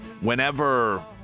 Whenever